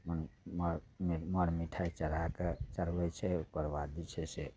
अपन उमहर मर मिठाइ चढ़ा कऽ चढ़बय छै ओकरबाद जे छै से